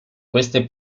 queste